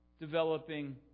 developing